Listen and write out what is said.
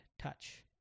touch